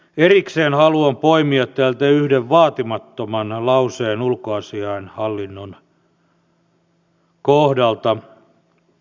erikseen haluan poimia täältä yhden vaatimattoman lauseen ulkoasiainhallinnon kohdalta